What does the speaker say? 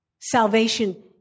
Salvation